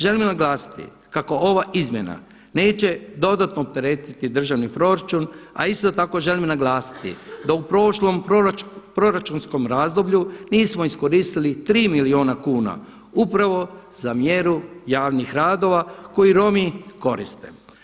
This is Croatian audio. Želim naglasiti kako ova izmjena neće dodatno opteretiti državni proračun, a isto tako želim naglasiti da u prošlom proračunskom razdoblju nismo iskoristili tri milijuna kuna upravo za mjeru javnih radova koji Romi koriste.